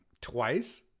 twice